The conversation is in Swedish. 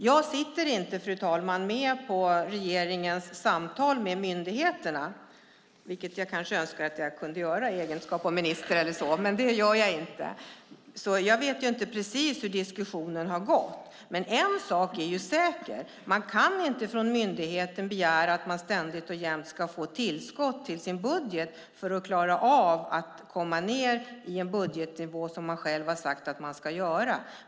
Jag sitter inte med, fru talman, på regeringens samtal med myndigheterna. Jag kanske önskar att jag kunde göra det i egenskap av minister eller så, men det gör jag inte. Jag vet alltså inte precis hur diskussionen har gått. En sak är dock säker: Man kan inte från myndigheten begära att man ständigt och jämt ska få tillskott till sin budget för att klara av att komma ned i en budgetnivå som man själv har sagt att man ska klara.